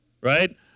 right